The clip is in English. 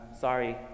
sorry